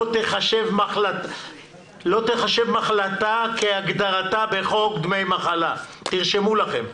תיחשב מחלה כהגדרתה בחוק דמי מחלה תרשמו לכם: